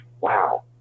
wow